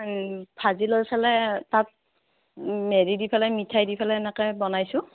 ভাজি লৈ পেলাই তাত হেৰি দি পেলাই মিঠাই দি পেলাই এনেকৈ বনাইছোঁ